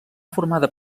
formada